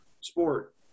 sport